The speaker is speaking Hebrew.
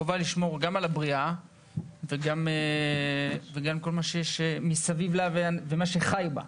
חובה לשמור גם על הבריאה וגם כל מה שיש מסביב לה ומה שחי בה.